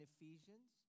Ephesians